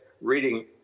reading